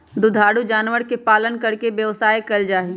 दुधारू जानवर के पालन करके व्यवसाय कइल जाहई